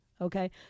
okay